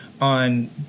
on